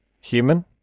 Human